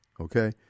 Okay